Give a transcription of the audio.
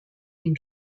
den